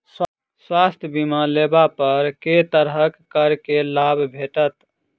स्वास्थ्य बीमा लेबा पर केँ तरहक करके लाभ भेटत?